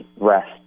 rest